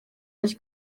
his